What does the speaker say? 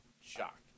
shocked